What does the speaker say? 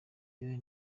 iyo